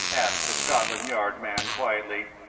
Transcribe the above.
asked the scotland yard man, quietly.